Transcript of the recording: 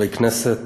חברי כנסת,